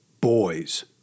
boys